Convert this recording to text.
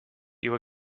you